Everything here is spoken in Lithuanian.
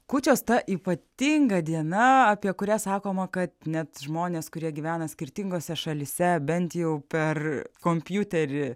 kūčios ta ypatinga diena apie kurią sakoma kad net žmonės kurie gyvena skirtingose šalyse bent jau per kompiuterį